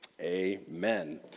Amen